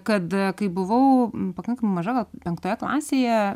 kad kai buvau pakankamai maža gal penktoje klasėje